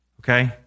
okay